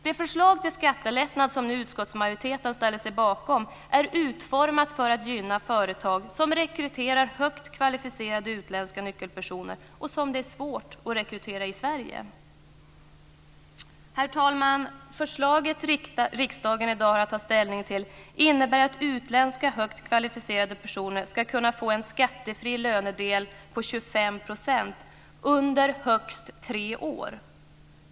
Det förslag till skattelättnad som nu utskottsmajoriteten ställer sig bakom är utformat för att gynna företag som rekryterar högt kvalificerade utländska nyckelpersoner som det är svårt att rekrytera i Sverige. Herr talman! Förslaget som riksdagen i dag har att ta ställning till innebär att utländska högt kvalificerade personer ska kunna få en skattefri lönedel på 25 % under högst tre år.